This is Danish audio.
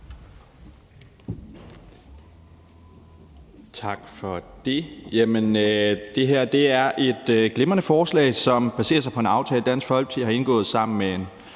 Tak for det. Det her er et glimrende forslag, som baserer sig på en aftale, som Dansk Folkeparti har indgået sammen med en